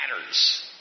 matters